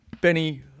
Benny